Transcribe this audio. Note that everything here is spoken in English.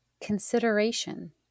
consideration